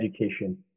education